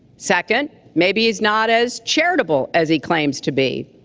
second, maybe he's not as charitable as he claims to be.